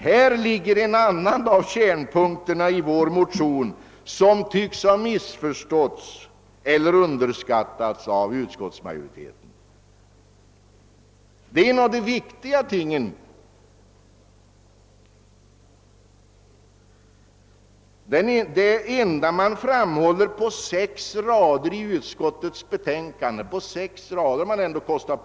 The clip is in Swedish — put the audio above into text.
Häri ligger en annan av kärnpunkterna i vår motion, sonr tycks ha missuppfattats eller underskattats av utskottsmajoriteten. Det är en: av de viktiga frågorna i detta sammanhang. Utskottsmajoriteten har i sitt utlåtande endast kostat på sig sex rader om denna sak.